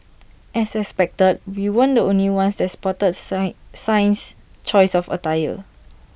as expected we weren't the only ones that spotted sign Singh's choice of attire